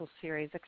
series